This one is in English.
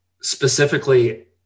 specifically